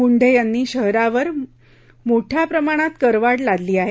मुंढे यांनी शहारावर मोठया प्रमाणात करवाढ लादली आहे